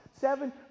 seven